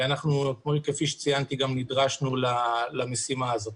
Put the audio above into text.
וכפי שציינתי גם נדרשנו למשימה הזאת.